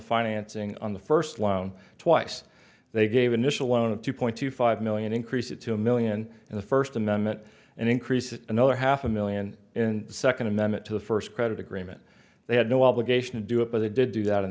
financing on the first loan twice they gave initial loan of two point two five million increase it two million in the first amendment and increases another half a million in the second amendment to the first credit agreement they had no obligation to do it but they did do that in